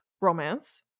romance